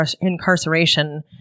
incarceration